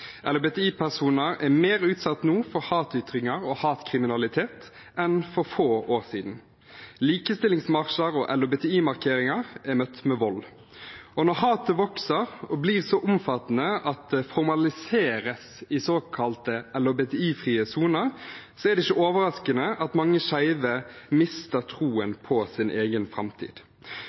er nå mer utsatt for hatytringer og hatkriminalitet enn for få år siden. Likestillingsmarsjer og LHBTI-markeringer er møtt med vold. Og når hatet vokser og blir så omfattende at det formaliseres i såkalte LHBTI-frie soner, er det ikke overraskende at mange skeive mister troen på sin egen framtid.